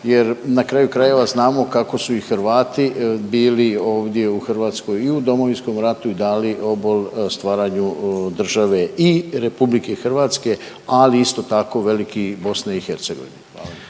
jer na kraju krajeva, znamo kako su i Hrvati bili ovdje u Hrvatskoj i u Domovinskom ratu i da li obol stvaranju države i RH, ali isto tako veliki BiH. Hvala.